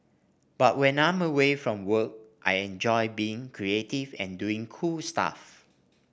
but when I'm away from work I enjoy being creative and doing cool stuff